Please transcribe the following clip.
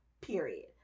period